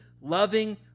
loving